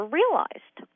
realized